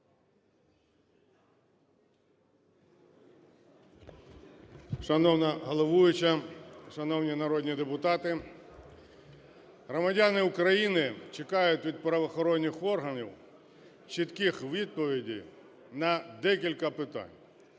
Шановна головуюча, шановні народні депутати! Громадяни України чекають від правоохоронних органів чітких відповідей на декілька питань.